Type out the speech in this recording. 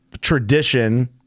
tradition